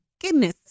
goodness